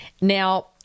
Now